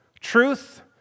Truth